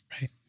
Right